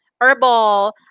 herbal